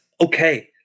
okay